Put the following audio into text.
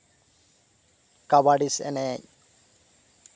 ᱠᱟᱵᱟᱰᱤ ᱮᱱᱮᱡ